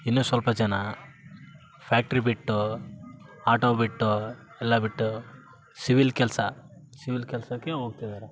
ಇನ್ನು ಸ್ವಲ್ಪ ಜನ ಫ್ಯಾಕ್ಟ್ರಿ ಬಿಟ್ಟು ಆಟೋ ಬಿಟ್ಟು ಎಲ್ಲ ಬಿಟ್ಟು ಸಿವಿಲ್ ಕೆಲಸ ಸಿವಿಲ್ ಕೆಲಸಕ್ಕೆ ಹೋಗ್ತಿದ್ದಾರೆ